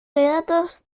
relatos